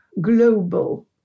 global